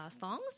thongs